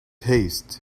haste